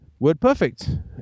WordPerfect